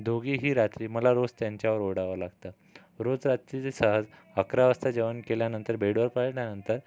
दोघेही रात्री मला रोज त्यांच्यावर ओरडावं लागतं रोज रात्री ते सहज अकरा वाजता जेवण केल्यानंतर बेडवर पडल्यानंतर